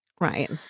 right